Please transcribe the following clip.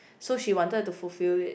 so she wanted to fulfill it